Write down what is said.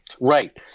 Right